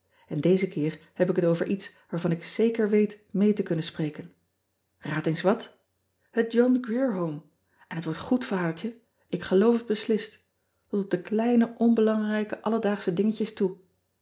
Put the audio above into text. n dezen keer heb ik het over iets waarvan ik zeker weet mee te kunnen spreken aad eens wat et ohn rier ome n het wordt goed adertje k geloof het beslist ot op de kleine onbelangrijke alledaagsche dingetjes toe